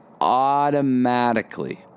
automatically